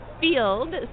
field